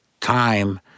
time